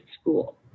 school